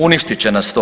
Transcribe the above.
Uništit će nas to.